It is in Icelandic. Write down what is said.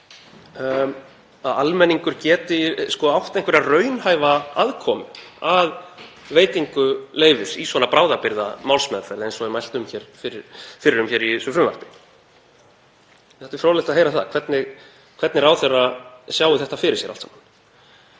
finnist að almenningur geti átt einhverja raunhæfa aðkomu að veitingu leyfis í svona bráðabirgðamálsmeðferð eins og mælt er fyrir um í þessu frumvarpi. Það er fróðlegt að heyra hvernig ráðherra sjái þetta fyrir sér allt saman.